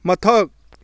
ꯃꯊꯛ